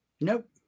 Nope